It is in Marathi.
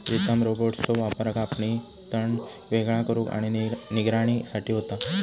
प्रीतम रोबोट्सचो वापर कापणी, तण वेगळा करुक आणि निगराणी साठी होता